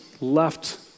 left